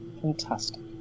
Fantastic